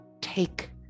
take